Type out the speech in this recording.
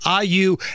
iu